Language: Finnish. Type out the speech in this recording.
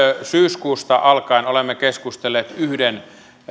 syyskuusta alkaen olemme keskustelleet yhden